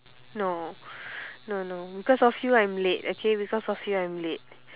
no no no because of you I'm late okay because of you I'm late